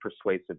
persuasive